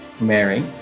Mary